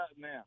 now